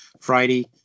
Friday